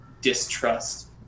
distrust